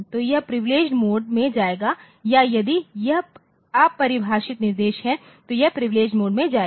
तो यह privileged mode में जाएगा या यदि यह अपरिभाषित निर्देश है तो यह प्रिविलेडगेड मोड में जाएगा